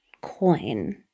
coin